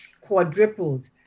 quadrupled